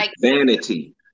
vanity